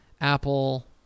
Apple